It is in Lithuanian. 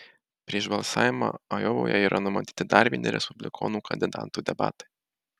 prieš balsavimą ajovoje yra numatyti dar vieni respublikonų kandidatų debatai